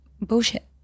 bullshit